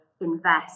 invest